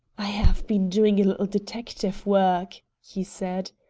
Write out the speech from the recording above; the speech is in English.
i have been doing a little detective work, he said.